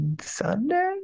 Sunday